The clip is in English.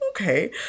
okay